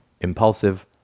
impulsive